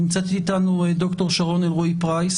נמצאת איתנו ד"ר שרון אלרעי-פרייס.